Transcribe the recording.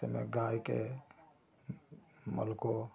जैसे में गाय के मल को